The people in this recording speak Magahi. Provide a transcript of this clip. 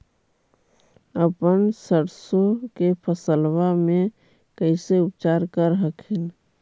अपन सरसो के फसल्बा मे कैसे उपचार कर हखिन?